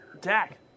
Dak